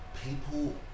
people